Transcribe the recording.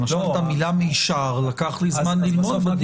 למשל, את המילה מישר לקח לי זמן ללמוד בדיון.